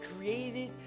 created